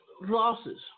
losses